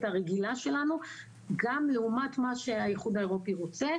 הרגילה שלנו גם לעומת מה שהאיחוד האירופאי רוצה,